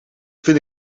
vindt